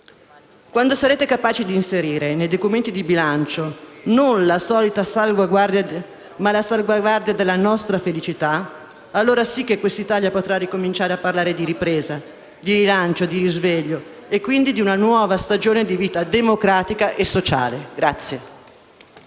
Quando sarete capaci di inserire nei documenti di bilancio e di programmazione economica non la solita clausola di salvaguardia, ma la salvaguardia della nostra felicità, allora sì che questa Italia potrà ricominciare a parlare di ripresa, di rilancio, di risveglio e, quindi, di una nuova stagione di vita democratica e sociale.